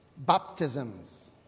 Baptisms